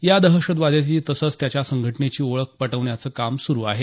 या दहशतवाद्याची तसंच त्याच्या संघटनेची ओळख पटवण्याचं काम सुरू आहे